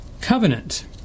covenant